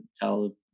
tell